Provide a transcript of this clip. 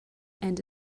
and